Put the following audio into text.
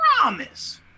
promise